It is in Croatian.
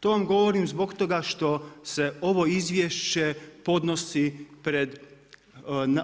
To vam govorim zbog toga što se ovo izvješće podnosi pred